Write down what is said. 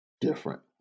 different